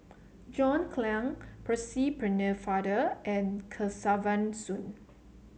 John Clang Percy Pennefather and Kesavan Soon